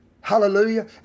Hallelujah